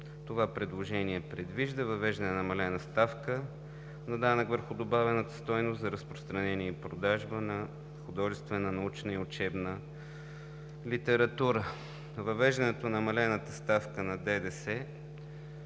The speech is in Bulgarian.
Това предложение предвижда въвеждане на намалена ставка на данък върху добавената стойност за разпространение и продажба на художествена, научна и учебна литература. Въвеждането на намалена ставка на ДДС в